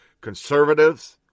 conservatives